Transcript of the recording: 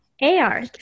AR